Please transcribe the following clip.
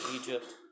Egypt